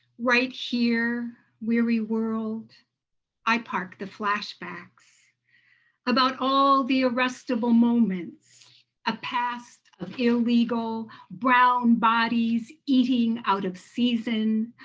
right here weary world i park the flashbacks about all the arrestable moments a past of illegal brown bodies eating out of season,